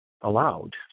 allowed